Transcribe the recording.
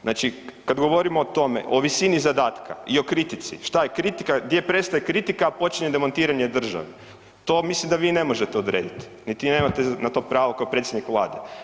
Znači, kad govorimo o tome, o visini zadatka i o kritici, što je kritika, gdje prestaje kritika, a počinje demontiranje države, to mislim da vi ne možete odrediti niti nemate na to pravo kao predsjednik Vlade.